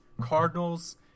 Cardinals